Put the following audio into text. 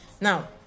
Now